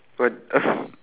what